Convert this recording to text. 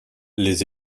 les